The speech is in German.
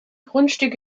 grundstück